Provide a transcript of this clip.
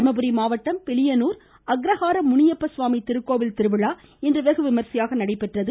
தர்மபுரி மாவட்டம் பிலியனூர் அக்ரஹாரம் முனியப்ப சுவாமி திருக்கோவில் திருவிழா இன்று வெகு விமர்சையாக நடைபெற்றது